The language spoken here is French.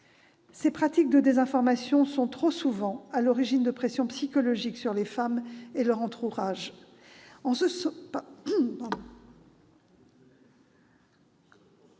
Ces pratiques de désinformation sont trop souvent à l'origine de pressions psychologiques sur les femmes et sur leur entourage.